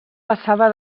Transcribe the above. passava